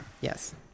Yes